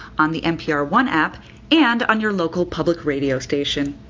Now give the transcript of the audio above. on the npr one app and on your local public radio station.